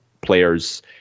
players